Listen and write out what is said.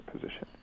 position